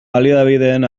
baliabideen